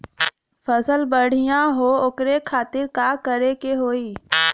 फसल बढ़ियां हो ओकरे खातिर का करे के होई?